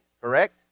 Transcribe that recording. correct